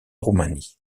roumanie